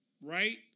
Right